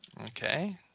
Okay